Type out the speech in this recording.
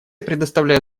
предоставляю